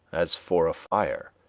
as for a fire,